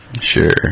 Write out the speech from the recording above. Sure